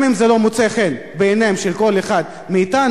גם אם זה לא מוצא חן בעיניו כל אחד מאתנו,